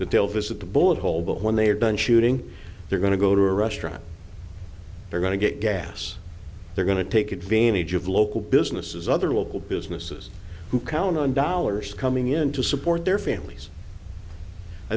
deficit the bullet hole but when they are done shooting they're going to go to a restaurant they're going to get gas they're going to take advantage of local businesses other local businesses who count on dollars coming in to support their families i